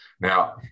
Now